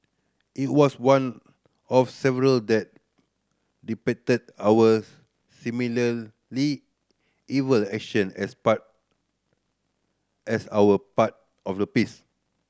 it was one of several that depicted our similarly evil action as part as our part of the piece